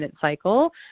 cycle